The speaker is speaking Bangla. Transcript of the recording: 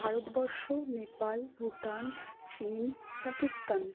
ভারতবর্ষ নেপাল ভুটান চিন পাকিস্তান